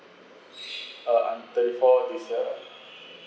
uh I'm thirty four this year